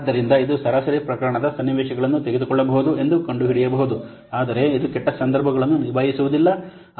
ಆದ್ದರಿಂದ ಇದು ಸರಾಸರಿ ಪ್ರಕರಣದ ಸನ್ನಿವೇಶಗಳನ್ನು ತೆಗೆದುಕೊಳ್ಳಬಹುದು ಎಂದು ಕಂಡುಹಿಡಿಯಬಹುದು ಆದರೆ ಇದು ಕೆಟ್ಟ ಸಂದರ್ಭಗಳನ್ನು ನಿಭಾಯಿಸುವುದಿಲ್ಲ